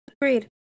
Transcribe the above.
Agreed